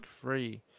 free